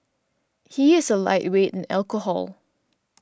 he is a lightweight in alcohol